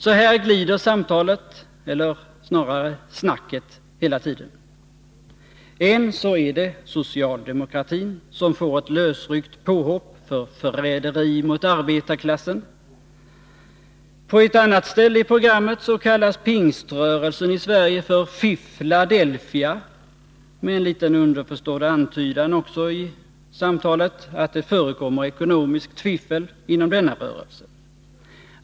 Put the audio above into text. Så här glider samtalet, eller snarare snacket, hela tiden. Än så är det socialdemokratin som får ett lösryckt påhopp för förräderi mot arbetarklassen. På ett annat ställe i programmet kallas pingströrelsen i Sverige för Fiffladelfia, med en liten underförstådd antydan i samtalet att det förekommer ekonomiskt fiffel inom denna rörelse.